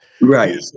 Right